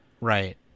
Right